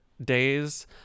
days